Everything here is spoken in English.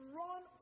run